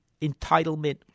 entitlement